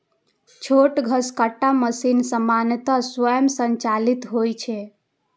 छोट घसकट्टा मशीन सामान्यतः स्वयं संचालित होइ छै